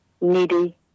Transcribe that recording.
needy